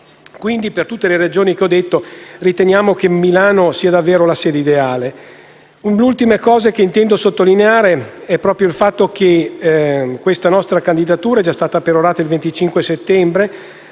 Per tutte le ragioni esposte, riteniamo quindi che Milano sia davvero la sede ideale. Un'ultima cosa che intendo sottolineare è proprio il fatto che la nostra candidatura è già stata perorata lo scorso 25 settembre,